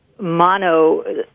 mono